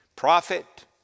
prophet